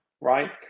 Right